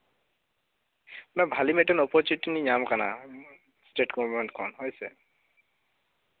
ᱵᱷᱟᱹᱞᱤ ᱢᱤᱫᱴᱟᱝ ᱚᱯᱚᱨᱪᱩᱱᱤᱴᱤ ᱧᱟᱢ ᱠᱟᱱᱟ ᱪᱮᱠ ᱢᱮ ᱢᱳᱵᱟᱭᱤᱞ ᱠᱚ ᱦᱳᱭᱥᱮ